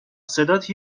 صدات